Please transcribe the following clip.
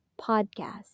podcast